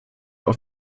auf